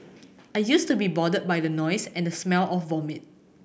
I used to be bothered by the noise and the smell of vomit